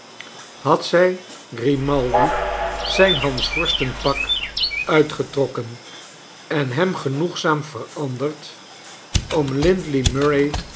had zij grimaldi zijn hansworstenpak uitgetrokken en hem genoegzaam veranderd om